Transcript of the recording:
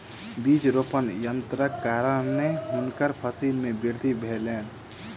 बीज रोपण यन्त्रक कारणेँ हुनकर फसिल मे वृद्धि भेलैन